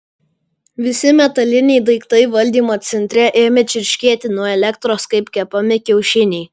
visi metaliniai daiktai valdymo centre ėmė čirškėti nuo elektros kaip kepami kiaušiniai